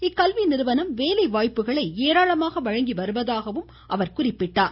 இக்கல்வி நிறுவனம் வேலை வாய்ப்புகளை ஏராளமாக வழங்கி வருவதாகவும் குறிப்பிட்டார்